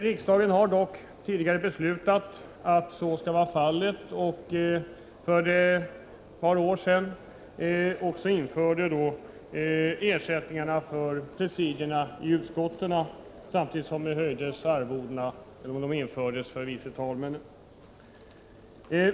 Riksdagen har dock tidigare beslutat att sådana graderingar skall förekomma, och för ett par år sedan infördes ersättningar för presidierna i utskotten, och samtidigt höjdes arvodena för vice talmännen.